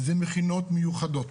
זה מכינות מיוחדות,